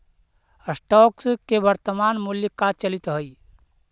stocks के वर्तनमान मूल्य का चलित हइ